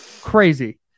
Crazy